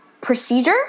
procedure